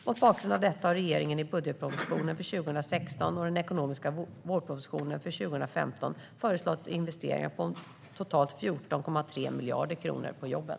Mot bakgrund av detta har regeringen i budgetpropositionen för 2016 och den ekonomiska vårpropositionen för 2015 föreslagit investeringar om totalt 14,3 miljarder kronor i fråga om jobben.